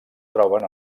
troben